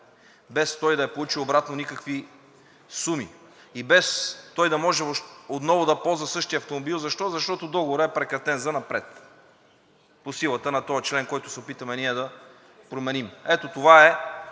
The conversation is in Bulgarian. без той да е получил обратно никакви суми и без той да може отново да ползва същия автомобил. Защо? Защото договорът е прекратен занапред по силата на този член, който се опитваме ние да променим. Ето това е